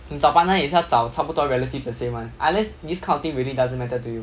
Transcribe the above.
你找 partner 你也是要找差不多 relative the same one unless these kind of thing really doesn't matter to you